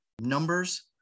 Numbers